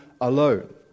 alone